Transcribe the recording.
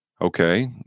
Okay